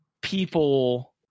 people